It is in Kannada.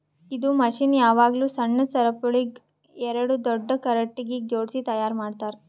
ಇದು ಮಷೀನ್ ಯಾವಾಗ್ಲೂ ಸಣ್ಣ ಸರಪುಳಿಗ್ ಎರಡು ದೊಡ್ಡ ಖಟಗಿಗ್ ಜೋಡ್ಸಿ ತೈಯಾರ್ ಮಾಡ್ತರ್